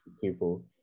people